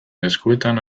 eskuetan